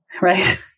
right